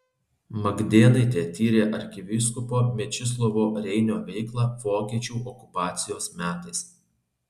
magdėnaitė tyrė arkivyskupo mečislovo reinio veiklą vokiečių okupacijos metais